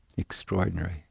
extraordinary